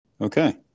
Okay